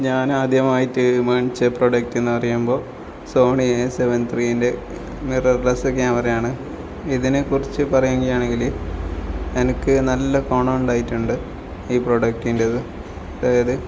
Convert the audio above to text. ഞാൻ ആദ്യമായിട്ട് മേടിച്ച പ്രോഡക്ടെന്ന് പറയുമ്പോൾ സോണി എ സെവൻ ത്രീൻ്റെ മിറർ ലെസ്സ് ക്യാമെറായാണ് ഇതിനെക്കുറിച്ച് പറയുകയാണെങ്കിൽ എനിക്ക് നല്ല ഗുണമുണ്ടായിട്ടുണ്ട് ഈ പ്രോഡക്റ്റിൻറ്റേത് ഏത്